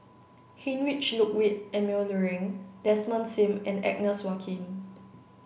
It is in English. Heinrich Ludwig Emil Luering Desmond Sim and Agnes Joaquim